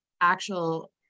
actual